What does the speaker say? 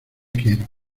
quiero